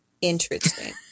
Interesting